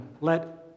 Let